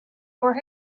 for